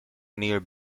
near